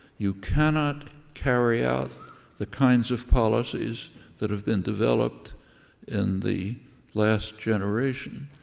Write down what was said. you cannot carry out the kinds of policies that have been developed in the last generation,